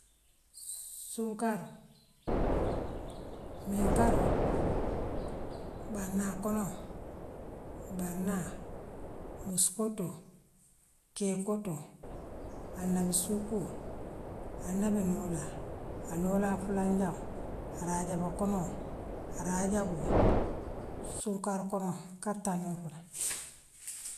Suŋkaroo miŋkaroo bannaa konoo bannaa muskotoo keekotoo anamsutoo al'labanoola anoola fulanjaŋoo araajaba konoo araajaboo sunkar konoo kar taŋ niŋ fula.